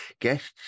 guests